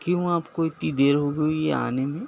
کیوں آپ کو اتنی دیر ہوگئی آنے میں